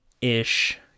ish